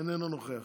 איננו נוכח,